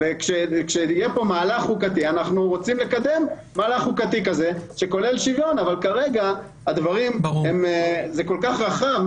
אנחנו רוצים לקדם מהלך חוקתי שכולל שוויון אבל זה כל כך רחב.